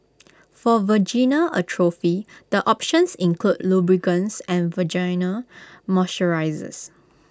for vaginal atrophy the options include lubricants and vaginal moisturisers